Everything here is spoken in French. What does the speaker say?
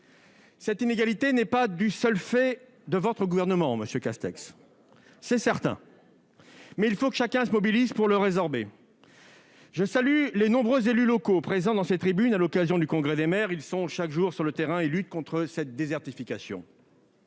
Cette inégalité n'est pas du seul fait de votre gouvernement, monsieur Castex. C'est certain. Mais il faut que chacun se mobilise pour la résorber. Je salue les nombreux élus locaux présents dans ces tribunes à l'occasion du Congrès des maires. Ils sont, chaque jour, sur le terrain et luttent contre une telle désertification.